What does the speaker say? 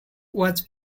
was